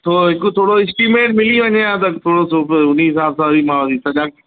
थोरो हिकु थोरो इस्टिमेट मिली वञे आहे त थोरो सो प उन हिसाब सां वरी मां इंतिज़ामु